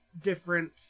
different